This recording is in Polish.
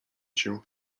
cię